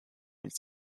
its